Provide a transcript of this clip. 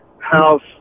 House